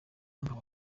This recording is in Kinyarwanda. nkaba